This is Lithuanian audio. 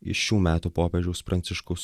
iš šių metų popiežiaus pranciškaus